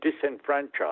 disenfranchised